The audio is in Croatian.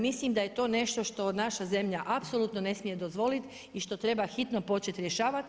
Mislim da je to nešto što naša zemlja apsolutno ne smije dozvoliti i što treba hitno početi rješavati.